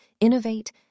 innovate